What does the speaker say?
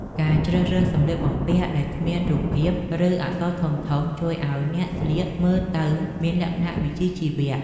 ការជ្រើសរើសសម្លៀកបំពាក់ដែលគ្មានរូបភាព ឬអក្សរធំៗជួយឱ្យអ្នកស្លៀកមើលទៅមានលក្ខណៈវិជ្ជាជីវៈ។